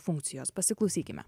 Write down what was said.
funkcijos pasiklausykime